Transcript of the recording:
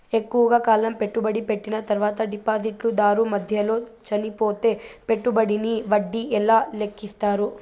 ఎక్కువగా కాలం పెట్టుబడి పెట్టిన తర్వాత డిపాజిట్లు దారు మధ్యలో చనిపోతే పెట్టుబడికి వడ్డీ ఎలా లెక్కిస్తారు?